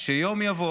שיום יבוא